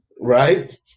right